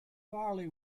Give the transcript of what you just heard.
farley